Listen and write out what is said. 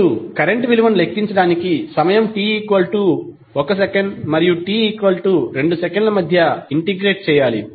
మీరు కరెంట్ విలువను లెక్కించడానికి సమయం 𝑡 1s మరియు 𝑡 2s మధ్య ఇంటిగ్రేట్ చేయాలి